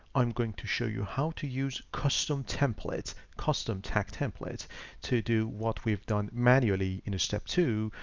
i'm going to show you how to use custom templates, custom tag templates to do what we've done manually in step two,